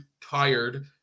tired